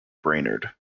brainerd